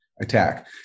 attack